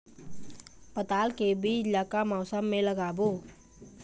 पताल के बीज ला का मौसम मे लगाबो?